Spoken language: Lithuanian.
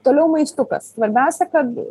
toliau maistukas svarbiausia kad